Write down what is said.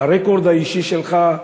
הרקורד האישי שלך,